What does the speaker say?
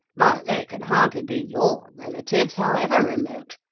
but they can hardly be your relatives, however remote.